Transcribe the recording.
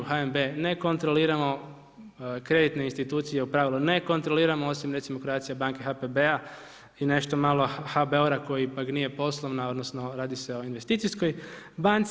HNB ne kontroliramo, kreditne institucije u pravilu ne kontroliramo, osim recimo, Croatia banke i HPB-a i nešto malo HBOR-a koji pak nije poslovna, odnosno radi se o investicijskoj banci.